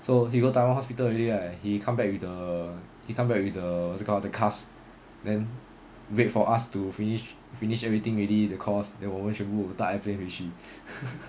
so he go taiwan hospital already right he come back with the he come back with the what's it called the cast then wait for us to finish finish everything already the course then 我们全部搭 airplane 回去